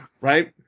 right